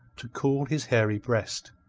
to cool his hairy breast,